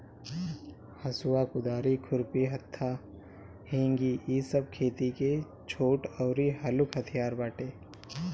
हसुआ, कुदारी, खुरपी, हत्था, हेंगी इ सब खेती के छोट अउरी हलुक हथियार बाटे